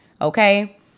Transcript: Okay